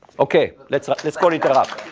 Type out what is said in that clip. okay. let's let's call it a